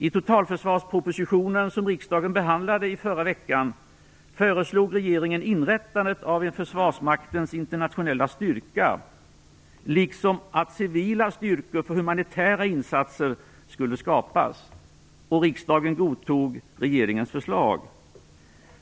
I totalförsvarspropositionen, som riksdagen behandlade i förra veckan, föreslog regeringen inrättandet av en försvarsmaktens internationella styrka liksom att civila styrkor för humanitära insatser skulle skapas. Riksdagen godtog regeringens förslag.